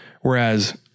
Whereas